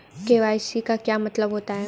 KYC का क्या मतलब होता है?